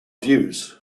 views